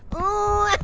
ooh,